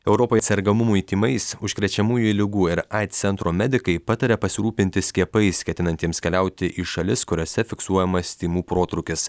europoj sergamumui tymais užkrečiamųjų ligų ir aids centro medikai pataria pasirūpinti skiepais ketinantiems keliauti į šalis kuriose fiksuojamas tymų protrūkis